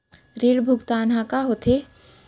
ऋण भुगतान ह का होथे?